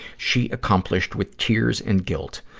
she accomplished with tears and guilt.